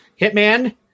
Hitman